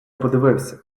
подивився